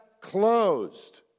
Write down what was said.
closed